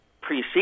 precede